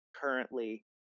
currently